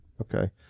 Okay